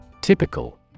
Typical